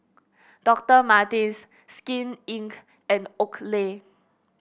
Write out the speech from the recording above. Doctor Martens Skin Inc and Oakley